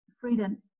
freedom